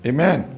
Amen